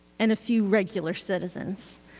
and a few regular citizens.